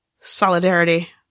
Solidarity